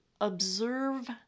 Observe